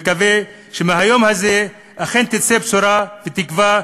ומקווה שמהיום הזה אכן יצאו בשורה ותקווה